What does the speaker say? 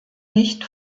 nicht